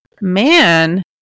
man